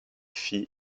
fit